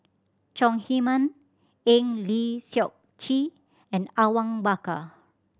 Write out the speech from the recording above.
Chong Heman Eng Lee Seok Chee and Awang Bakar